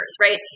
right